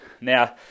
Now